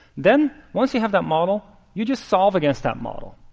then once you have that model, you just solve against that model.